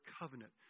covenant